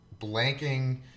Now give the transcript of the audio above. Blanking